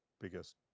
biggest